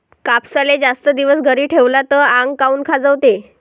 कापसाले जास्त दिवस घरी ठेवला त आंग काऊन खाजवते?